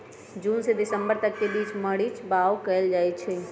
जून से दिसंबर के बीच मरीच बाओ कएल जाइछइ